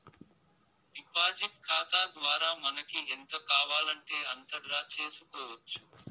deposit ఖాతా ద్వారా మనకి ఎంత కావాలంటే అంత డ్రా చేసుకోవచ్చు